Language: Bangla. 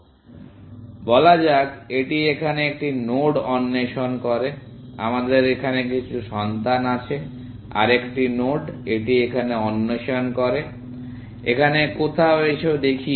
সুতরাং বলা যাক এটি এখানে একটি নোড অন্বেষণ করে আমাদের এখানে কিছু সন্তান আছে আরেকটি নোড এটি এখানে অন্বেষণ করে এখানে কোথাও এসো দেখি